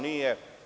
Nije.